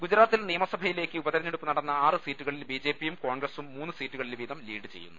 ഗുജറാത്തിൽ നിയമസഭയിലേക്ക് ഉപതെരഞ്ഞെടുപ്പ് നടന്ന ആറ് സീറ്റുകളിൽ ബിജെപിയും കോൺഗ്രസും മൂന്ന് സീറ്റുകളിൽ വീതം ലീഡ് ചെയ്യുന്നു